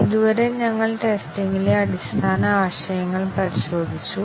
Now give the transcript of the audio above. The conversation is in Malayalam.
ഇതുവരെ ഞങ്ങൾ ടെസ്റ്റിംഗിലെ അടിസ്ഥാന ആശയങ്ങൾ പരിശോധിച്ചു